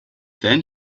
then